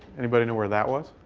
anybody know where that was?